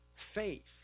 Faith